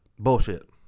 Bullshit